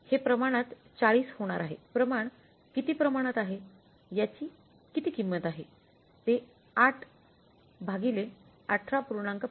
हे प्रमाणात 40 होणार आहे प्रमाण किती प्रमाणात आहे याची किती किंमत आहे ते 8 बाय 18